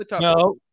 no